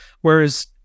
whereas